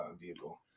vehicle